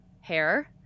hair